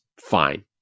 fine